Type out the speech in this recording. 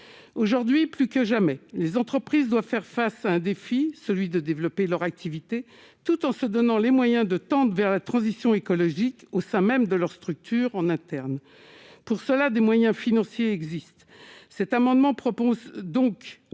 aujourd'hui plus que jamais, les entreprises doivent faire face à un défi : celui de développer leur activité tout en se donnant les moyens de tendre vers la transition écologique au sein même de leurs structures en interne pour cela des moyens financiers existent, cet amendement propose donc